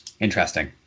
Interesting